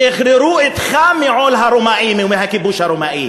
שחררו אותך מעול הרומאים ומהכיבוש הרומאי.